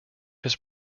his